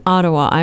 Ottawa